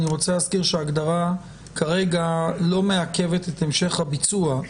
ואני רוצה להזכיר שההגדרה כרגע לא מעכבת את המשך הביצוע.